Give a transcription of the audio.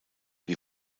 die